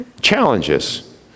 challenges